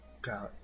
God